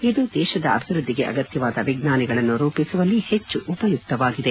ಇದು ದೇಶದ ಅಭಿವೃದ್ದಿಗೆ ಅಗತ್ತವಾದ ವಿಜ್ಞಾನಿಗಳನ್ನು ರೂಪಿಸುವಲ್ಲಿ ಹೆಚ್ಚು ಉಪಯುಕ್ತವಾಗಿದೆ